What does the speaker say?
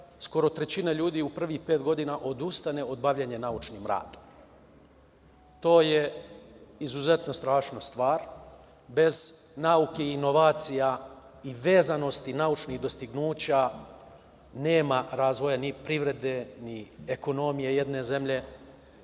skoro trećina ljudi u prvih pet godina odustane od bavljenja naučnim radom. To je izuzetno strašna stvar, bez nauke i inovacija i vezanosti naučnih dostignuća nema razvoja ni privrede, ni ekonomije jedne zemlje